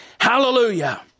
Hallelujah